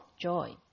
joy